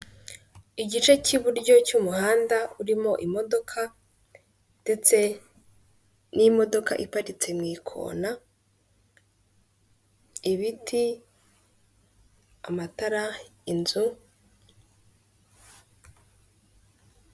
Igice cy'iburyo cy'umuhanda urimo imodoka ndetse n'imodoka iparitse mu ikona, ibiti, amatara, inzu.